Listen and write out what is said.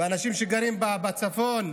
ולאנשים שגרים בצפון.